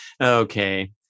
okay